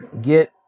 Get